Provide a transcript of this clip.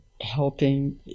helping